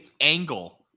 angle